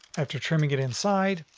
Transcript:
after triming it inside,